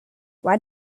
why